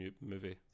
movie